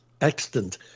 extant